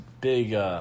big